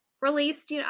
released